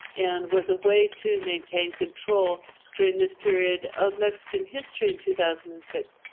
and was a way to maintain control during this period of mexican history in two thousand and six.